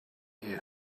you